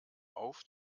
auf